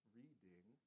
reading